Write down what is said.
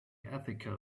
ethical